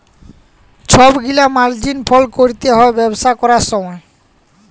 ছব গিলা মার্জিল ফল ক্যরতে হ্যয় ব্যবসা ক্যরার সময়